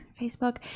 Facebook